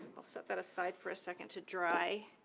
i'll set that aside for a second to dry.